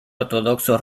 ortodoxo